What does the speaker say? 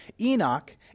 Enoch